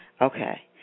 okay